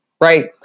right